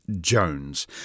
jones